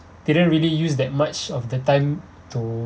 didn't really use that much of the time